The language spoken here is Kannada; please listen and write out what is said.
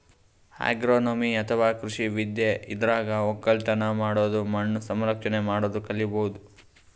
ಅಗ್ರೋನೊಮಿ ಅಥವಾ ಕೃಷಿ ವಿದ್ಯೆ ಇದ್ರಾಗ್ ಒಕ್ಕಲತನ್ ಮಾಡದು ಮಣ್ಣ್ ಸಂರಕ್ಷಣೆ ಮಾಡದು ಕಲಿಬಹುದ್